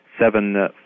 seven